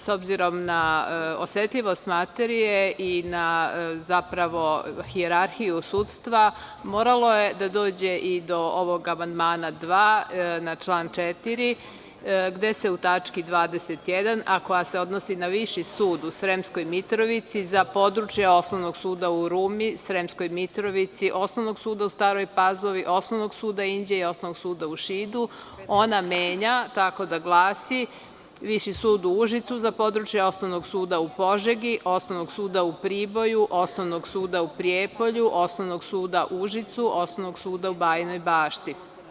S obzirom na osetljivost materije i na hijerarhiju sudstva, moralo je da dođe i do ovog amandmana 2. na član 4, gde se tačka 21, a koja se odnosi na Viši sud u Sremskoj Mitrovici za područja Osnovnog suda u Rumi, Osnovnog suda u Sremskoj Mitrovici, Osnovnog suda u Staroj Pazovi, Osnovnog suda Inđije i Osnovnog suda u Šidu, menja tako da glasi – Viši sud u Užicu za područje Osnovnog suda u Požegi, Osnovnog suda u Priboju, Osnovnog suda u Prijepolju, Osnovnog suda u Užicu, Osnovnog suda u Bajinoj Bašti.